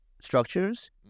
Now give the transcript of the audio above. structures